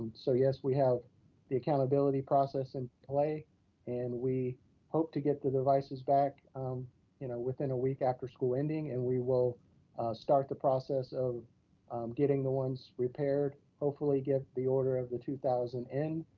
so yes, we have the accountability process in play and we hope to get the devices back um you know within a week after school ending and we will start the process of getting the ones repaired, hopefully get the order of the two thousand in,